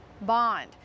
bond